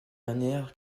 dernière